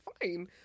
fine